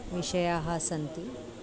विषयाः सन्ति